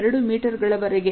2 metre ಗಳವರೆಗೆ